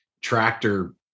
tractor